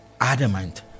adamant